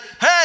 hey